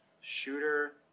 Shooter